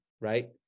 right